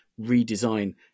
redesign